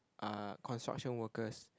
are construction workers